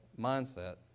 mindset